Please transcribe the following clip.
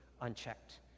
unchecked